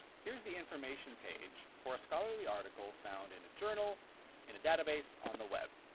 here's the information page for a scholarly article found in a journal in a database on the web.